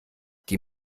die